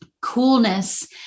coolness